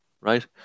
right